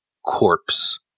corpse